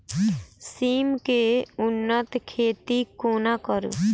सिम केँ उन्नत खेती कोना करू?